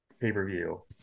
Pay-per-view